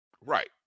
Right